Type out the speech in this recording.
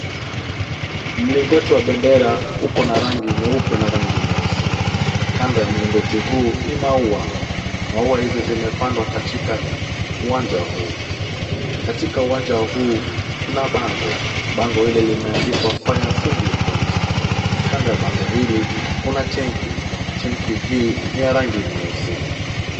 Mulingoti wa bendera upo na rangi nyeupe na rangi nyeusi. Kando ya mulingoti huu ni maua. Maua hizo zimepandwa katika uwanja huu. Katika uwanja huu kuna bango. Bango hili limeandikwa fire assembly pont . Kando ya bango hili kuna tenki. Tenki hii niya rangi nyeusi.